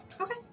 Okay